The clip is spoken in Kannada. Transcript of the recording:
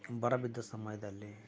ಬರ ಬಿದ್ದ ಸಮಯದಲ್ಲಿ